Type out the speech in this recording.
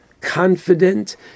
confident